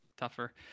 Tougher